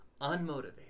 unmotivated